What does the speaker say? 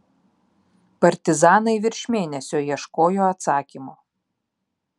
partizanai virš mėnesio ieškojo atsakymo